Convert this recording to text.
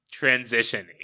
transitioning